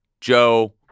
Joe